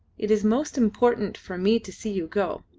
it is most important for me to see you go.